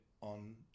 on